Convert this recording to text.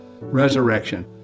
resurrection